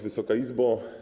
Wysoka Izbo!